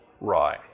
rye